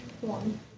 one